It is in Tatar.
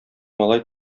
малай